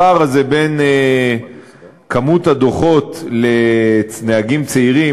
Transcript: הפער הזה בין כמות הדוחות לנהגים צעירים